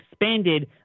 expanded